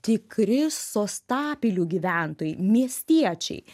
tikri sostapilių gyventojai miestiečiai